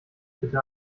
bitte